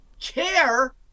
care